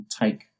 take